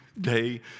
day